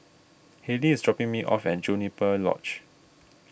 Hallie is dropping me off at Juniper Lodge